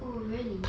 oh really